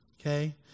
okay